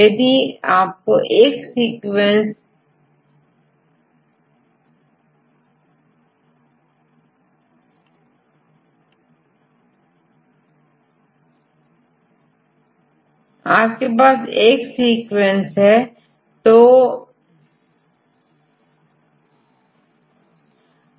यदि मैं आपको एक सीक्वेंस देता हूं तो इसे दूसरे सीक्वेंस से कंपेयर करो इसके लिए ग्राफ बनाकर देख सकते हैं